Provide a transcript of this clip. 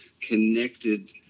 connected